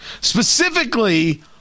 specifically